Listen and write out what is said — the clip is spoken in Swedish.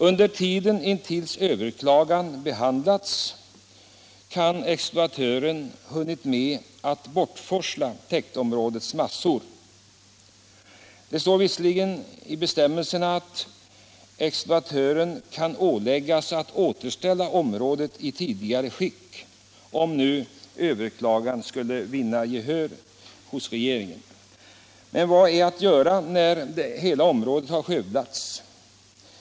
Under tiden fram till dess att överklagan behandlas kan exploatören ha hunnit med att bortforsla täktområdets massor. Det står visserligen i bestämmelserna att exploatören kan åläggas att återställa området i tidigare skick, om överklagan skulle vinna gehör hos regeringen. Men vad är att göra när hela området har skövlats?